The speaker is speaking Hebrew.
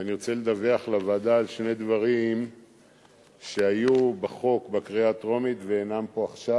ואני רוצה לדווח על שני דברים שהיו בחוק בקריאה הטרומית ואינם פה עכשיו,